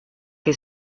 que